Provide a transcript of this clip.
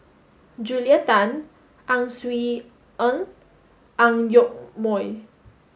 Julia Tan Ang Swee Aun and Ang Yoke Mooi